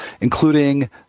including